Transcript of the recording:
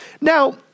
Now